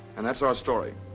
and that's our story.